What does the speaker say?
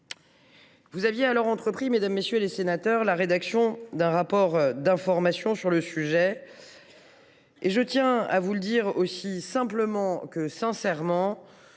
Vous aviez alors entrepris, mesdames, messieurs les sénateurs, la rédaction d’un rapport d’information sur ce sujet. Je tiens à vous le dire aussi simplement que sincèrement